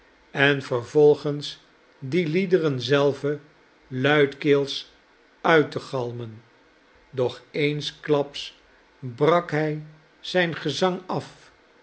en vervolgens die liederen zelve luidkeels uit te galmen doch eensklaps brak hij zijn gezang af